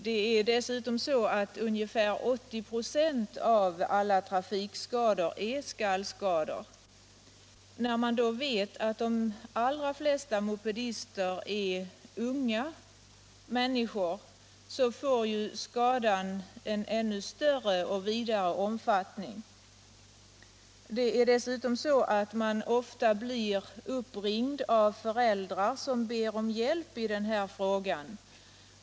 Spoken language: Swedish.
Ungefär 80 96 av alla trafikskador är skallskador. Då vi vet att de allra flesta mopedister är unga människor får följderna av skadan en ännu större och vidare omfattning. Jag blir ofta uppringd av föräldrar som ber om hjälp i den här frågan.